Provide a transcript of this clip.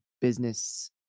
business